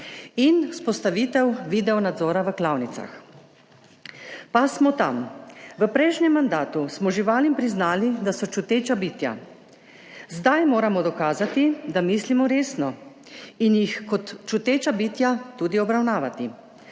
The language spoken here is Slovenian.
in vzpostavitev videonadzora v klavnicah. Pa smo tam. V prejšnjem mandatu smo živalim priznali, da so čuteča bitja, zdaj moramo dokazati, da mislimo resno, in jih kot čuteča bitja tudi obravnavati.